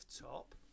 top